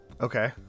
okay